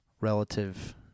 relative